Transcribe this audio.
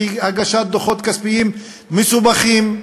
הגשת דוחות כספיים מסובכים.